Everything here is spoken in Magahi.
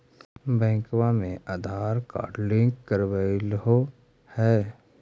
बैंकवा मे आधार कार्ड लिंक करवैलहो है?